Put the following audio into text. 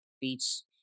beats